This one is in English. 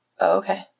Okay